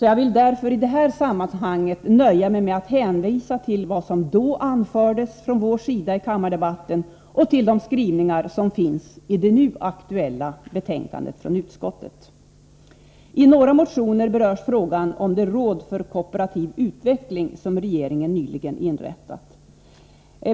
Jag vill därför i detta sammanhang nöja mig med att hänvisa till vad som då anfördes från vår sida i kammardebatten och till de skrivningar som finns i det nu aktuella betänkandet från utskottet. I några motioner berörs frågan om det råd för kooperativ utveckling som regeringen nyligen inrättat.